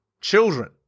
children